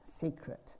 secret